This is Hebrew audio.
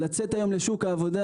לצאת היום לשוק העבודה,